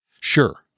sure